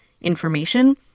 information